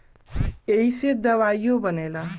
ऐइसे दवाइयो बनेला